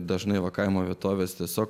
dažnai va kaimo vietovės tiesiog